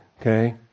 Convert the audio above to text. okay